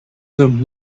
them